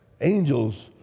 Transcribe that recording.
angels